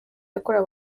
yakorewe